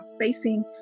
facing